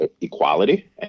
Equality